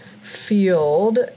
field